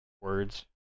words